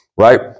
right